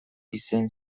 izen